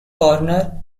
corner